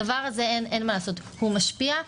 אין מה לעשות, הדבר הזה משפיע.